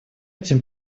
этим